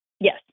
Yes